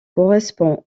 correspond